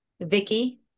vicky